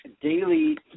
daily